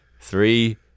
Three